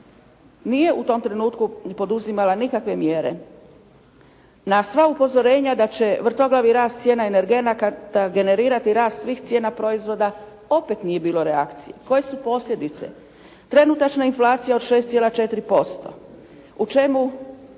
nije u tom trenutku poduzimala nikakve mjere. Na sva upozorenja da će vrtoglavi rast cijena energenata generirati rast svih cijena proizvoda, opet nije bilo reakcije. Koje su posljedice? Trenutačna inflacija od 6,4%, u čemu